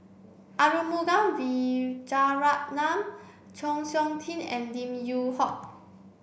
Arumugam Vijiaratnam Chng Seok Tin and Lim Yew Hock